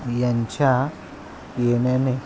यांच्या येण्याने